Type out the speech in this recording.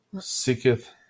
Seeketh